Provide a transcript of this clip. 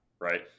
right